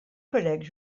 collègues